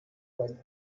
beim